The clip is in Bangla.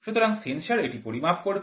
সুতরাং সেন্সর এটি পরিমাপ করবে